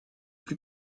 plus